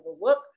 work